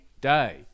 day